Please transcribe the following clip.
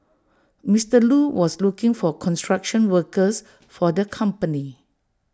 Mister Lu was looking for construction workers for the company